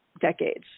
decades